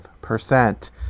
percent